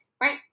Right